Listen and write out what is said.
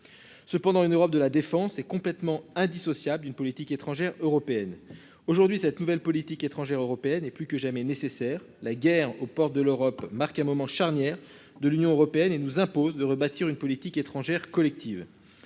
cependant une Europe de la défense est complètement indissociable d'une politique étrangère européenne aujourd'hui cette nouvelle politique étrangère européenne est plus que jamais nécessaire. La guerre aux portes de l'Europe marque un moment charnière de l'Union Européenne et nous impose de rebâtir une politique étrangère collective.